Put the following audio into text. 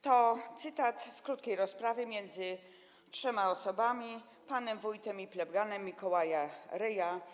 To cytat z „Krótkiej rozprawy między trzema osobami, Panem, Wójtem i Plebanem” Mikołaja Reja.